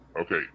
Okay